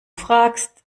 fragst